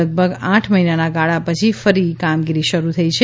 લગભગ આઠ મહિનાના ગાળા પછી ફરી કામગીરી શરૂ થઈ છે